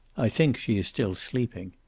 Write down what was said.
i think she is still sleeping.